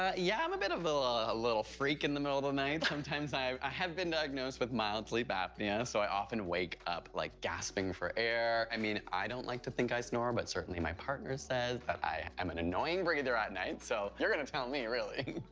ah yeah. i'm a bit of ah a little freak in the middle of the night. sometimes i. i have been diagnosed with mild sleep apnea, so i often wake up, like, gasping for air. i mean, i don't like to think i snore, but certainly my partner says that i am and annoying breather at night. so you're gonna tell me, really.